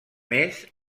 més